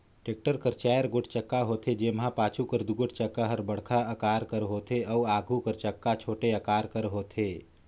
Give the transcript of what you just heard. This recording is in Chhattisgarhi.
टेक्टर कर चाएर गोट चक्का होथे, जेम्हा पाछू कर दुगोट चक्का हर बड़खा अकार कर होथे अउ आघु कर चक्का छोटे अकार कर होथे